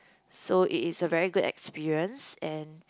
so it is a very good experience and